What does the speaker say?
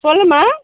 சொல்லும்மா